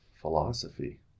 philosophy